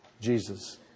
Jesus